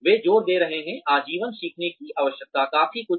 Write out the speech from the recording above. वे जोर दे रहे हैं आजीवन सीखने की आवश्यकता काफी कुछ